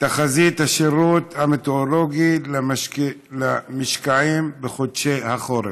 תחזית השירות המטאורולוגי למשקעים בחודשי החורף,